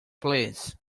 please